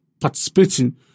participating